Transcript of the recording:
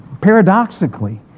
paradoxically